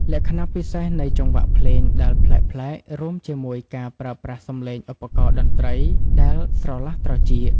លក្ខណៈពិសេសនៃចង្វាក់ភ្លេងដែលប្លែកៗ រួមជាមួយការប្រើប្រាស់សំឡេងឧបករណ៍តន្ត្រីដែលស្រឡះត្រចៀក